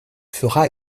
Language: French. fera